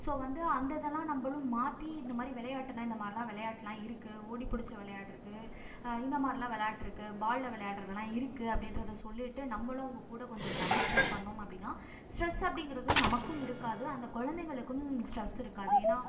so வந்து அந்த இதெல்லாம் நம்மளும் மாற்றி இந்த மாதிரி விளையாட்டுனா இந்த மாதிரிலா வெளையாட்டுலாம் இருக்குது ஓடி பிடிச்சி விளையாட்றது இந்த மாரிலாம் விளையாட்டு இருக்குது பாலில் விளையாட்றதெல்லாம் இருக்குது அப்படின்றத சொல்லிவிட்டு நம்மளும் அவங்க கூட கொஞ்சம் டயம் ஸ்பென்ட் பண்ணோம் அப்படின்னா ஸ்ட்ரெஸ் அப்படிங்கிறதும் நமக்கும் இருக்காது அந்த குழந்தைங்களுக்கும் ஸ்ட்ரெஸ் இருக்காது ஏன்னா